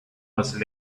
was